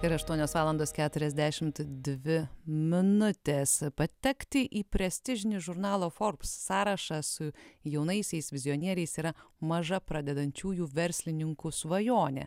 yra aštuonios valandos keturiasdešimt dvi minutės patekti į prestižinį žurnalo forbes sąrašą su jaunaisiais vizionieriais yra maža pradedančiųjų verslininkų svajonė